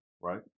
right